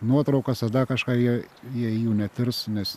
nuotraukas ar dar kažką jie jei jų netirs nes